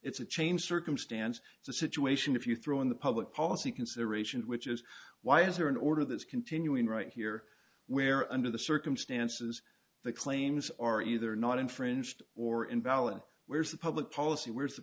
it's a change circumstance it's a situation if you throw in the public policy consideration which is why is there and or and that's continuing right here where under the circumstances the claims are either not infringed or invalid where is the public policy where is the